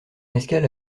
escale